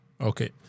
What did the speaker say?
Okay